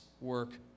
work